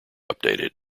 updated